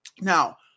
Now